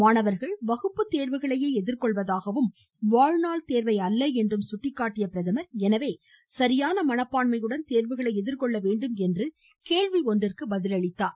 மாணவர்கள் வகுப்பு தேர்வுகளையே எதிர்கொள்வதாகவும் வாழ்நாள் தேர்வை அல்ல என்றும் சுட்டிக்காட்டிய பிரதமர் எனவே சரியான மனப்பான்மையுடன் தேர்வுகளை எதிர்கொள்ள வேண்டும் என்று கேள்வி ஒன்றிந்கு பதிலளித்தார்